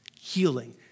healing